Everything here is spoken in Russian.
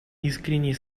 искренние